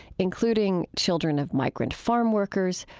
including children of migrant farm workers,